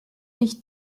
ich